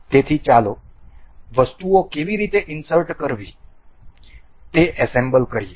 તેથી ચાલો વસ્તુઓ કેવી રીતે ઇન્સર્ટ કરવી તે એસેમ્બલ કરીએ